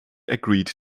agreed